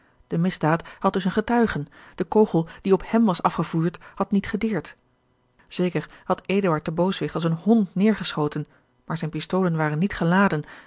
de misdaad had dus een getuige de kogel die op hèm was afgevuurd had niet gedeerd zeker had eduard den booswicht als een hond neêrgeschoten maar zijne pistolen waren niet geladen